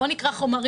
בואו נקרא חומרים,